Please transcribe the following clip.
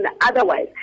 otherwise